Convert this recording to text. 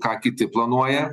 ką kiti planuoja